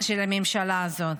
של הממשלה הזאת.